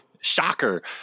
shocker